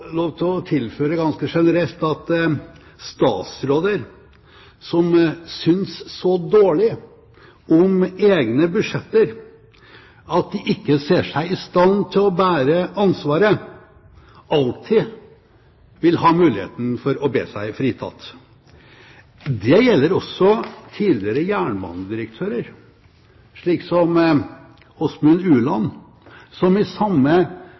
lov til å tilføre ganske generelt at statsråder som synes så dårlig om egne budsjetter at de ikke ser seg i stand til å bære ansvaret, alltid vil ha muligheten for å be seg fritatt. Det gjelder også tidligere jernbanedirektører, slik som Osmund Ueland som i samme